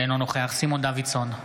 אינו נוכח סימון דוידסון,